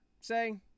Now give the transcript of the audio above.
say